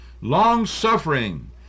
long-suffering